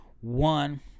One